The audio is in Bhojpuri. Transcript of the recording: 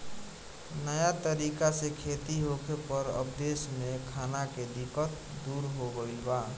नया तरीका से खेती होखे पर अब देश में खाना के दिक्कत दूर हो गईल बा